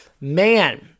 man